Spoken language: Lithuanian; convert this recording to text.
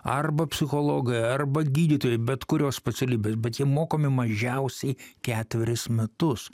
arba psichologai arba gydytojai bet kurios specialybės bet jie mokomi mažiausiai ketverius metus